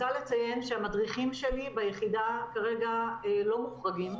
אני רוצה לציין שהמדריכים שלי ביחידה כרגע לא מוחרגים,